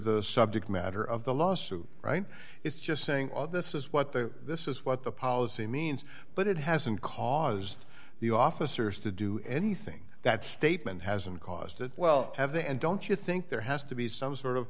the subject matter of the lawsuit right is just saying this is what the this is what the policy means but it hasn't caused the officers to do anything that statement hasn't caused it well have they and don't you think there has to be some sort of